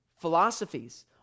philosophies